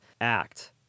act